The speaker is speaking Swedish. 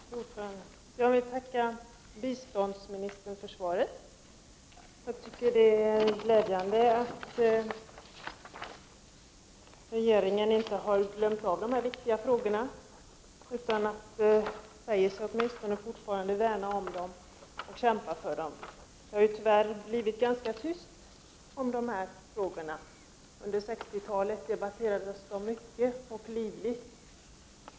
Fru talman! Jag vill tacka biståndsministern för svaret. Det är glädjande att regeringen inte har glömt de här viktiga frågorna, utan fortfarande säger sig vilja värna om dem och kämpa för dem. Det har tyvärr blivit ganska tyst om de här frågorna. Under 60-talet debatterades de mycket och livligt.